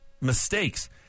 mistakes